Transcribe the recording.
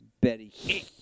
Betty